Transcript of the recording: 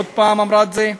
עוד פעם אמרה את זה.